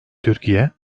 türkiye